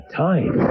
time